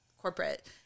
Corporate